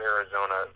Arizona